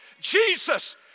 Jesus